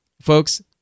folks